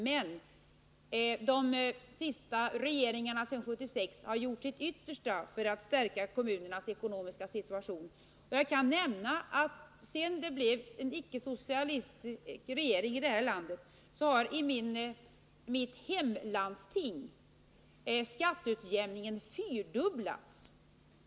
Men de olika regeringarna efter 1976 har gjort sitt yttersta för att stärka kommunernas ekonomiska situation. Och jag kan nämna att sedan det blev icke-socialistisk regering i detta land har skatteutjämningsbidragen fyrdubblats i mitt hemlandsting Värmland.